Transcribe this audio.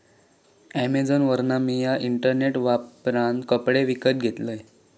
अॅमेझॉनवरना मिया इंटरनेट वापरान कपडे विकत घेतलंय